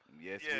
Yes